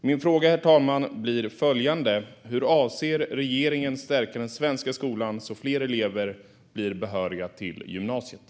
Min fråga, herr talman, är följande: Hur avser regeringen att stärka den svenska skolan så att fler elever blir behöriga till gymnasiet?